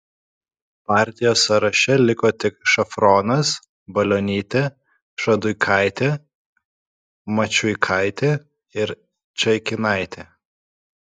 partijos sąraše liko tik šafronas balionytė šaduikaitė mačiuikaitė ir čaikinaitė